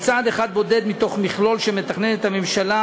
היא צעד אחד בודד מתוך מכלול שמתכננת הממשלה